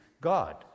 God